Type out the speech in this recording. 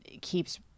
keeps